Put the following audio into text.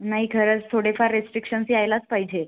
नाही खरंच थोडेफार रिस्ट्रीक्शन्स यायलाच पाहिजे